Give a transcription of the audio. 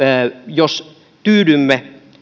jos tyydymme